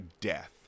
death